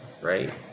right